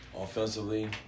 Offensively